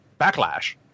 Backlash